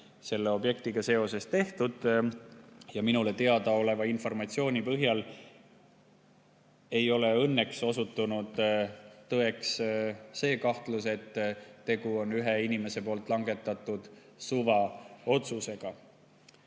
selle objektiga seoses tehtud. Minule teadaoleva informatsiooni põhjal ei ole õnneks osutunud tõeks see kahtlus, et tegu on ühe inimese langetatud suvaotsusega.